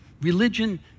Religion